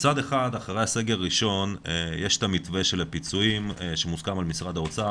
מצד אחד אחרי הסגר הראשון יש את מתווה הפיצויים שמוסכם על משרד האוצר,